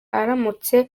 aramutse